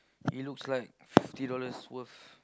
it looks like fifty dollars worth